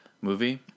movie